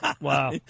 Wow